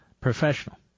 professional